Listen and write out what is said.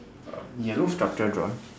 um yellow structure drawing